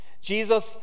Jesus